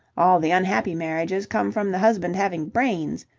all the unhappy marriages come from the husband having brains.